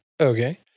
okay